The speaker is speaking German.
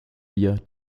bier